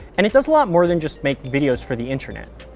and it does a lot more than just make videos for the internet.